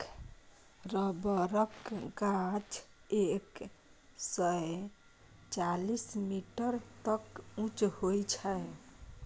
रबरक गाछ एक सय चालीस मीटर तक उँच होइ छै